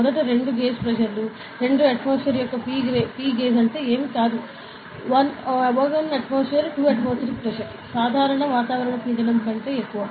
యొక్క 2 గేజ్ ప్రెషర్లు 2 atmospheric యొక్క పి గేజ్ అంటే ఏమీ కాదు కానీ 1 atmospheric 2 atmospheric pressure సాధారణ వాతావరణ పీడనం కంటే ఎక్కువ